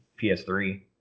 PS3